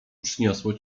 przyniosło